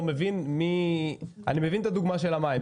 מבין --- אני מבין את הדוגמה של המים,